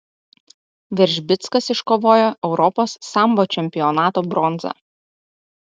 veržbickas iškovojo europos sambo čempionato bronzą